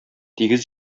тигез